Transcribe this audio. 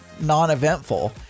non-eventful